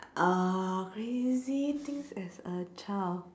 uh crazy things as a child